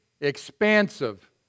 expansive